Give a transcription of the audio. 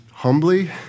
Humbly